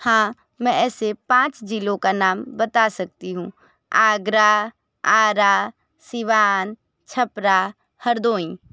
हाँ मैं ऐसे पाँच ज़िलों का नाम बता सकती हूँ आगरा आरा सिवान छपरा हरदोई